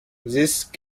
these